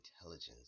intelligence